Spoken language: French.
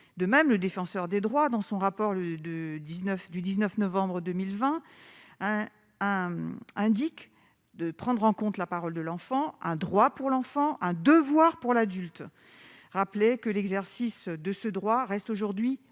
de même le défenseur des droits, dans son rapport de 19 du 19 novembre 2020 indique de prendre en compte la parole de l'enfant, un droit pour l'enfant un devoir pour l'adulte, rappeler que l'exercice de ce droit reste aujourd'hui